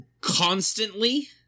Constantly